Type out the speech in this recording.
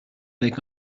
avec